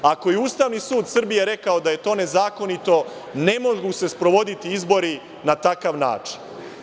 Ako je Ustavni sud Srbije rekao da je to nezakonito, ne mogu se sprovoditi izbori na takav način.